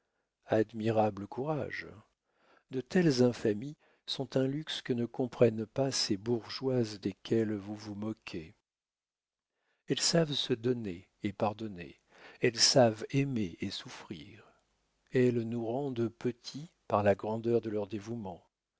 admirable courage de telles infamies sont un luxe que ne comprennent pas ces bourgeoises desquelles vous vous moquez elles savent se donner et pardonner elles savent aimer et souffrir elles nous rendent petits par la grandeur de leurs dévouements